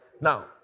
Now